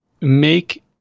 make